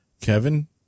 Kevin